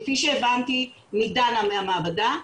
כפי שהבנתי מדנה מהמעבדה,